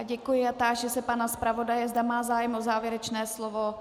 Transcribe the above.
Děkuji a táži se pana zpravodaje, zda má zájem o závěrečné slovo.